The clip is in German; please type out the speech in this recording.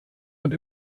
und